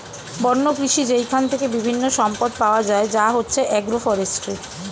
বন্য কৃষি যেইখান থেকে বিভিন্ন সম্পদ পাওয়া যায় যা হচ্ছে এগ্রো ফরেষ্ট্রী